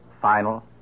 final